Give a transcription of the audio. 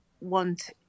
want